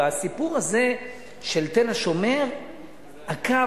והסיפור הזה של "תל-השומר" הקו,